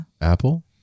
Apple